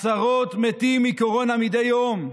עשרות מתים מקורונה מדי יום,